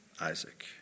Isaac